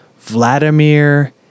vladimir